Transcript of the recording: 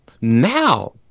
now